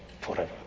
forever